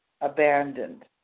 abandoned